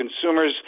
consumers